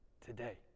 today